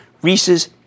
Reese's